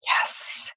Yes